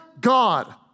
God